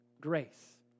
Grace